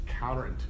counterintuitive